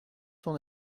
son